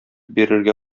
бирергә